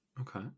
Okay